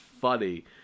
funny